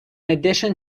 addition